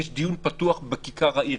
יש דיון פתוח בכיכר העיר,